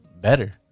better